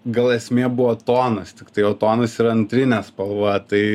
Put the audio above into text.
gal esmė buvo tonas tiktai o tonas yra antrinė spalva tai